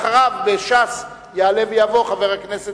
ואחריו יעלה מייד חבר הכנסת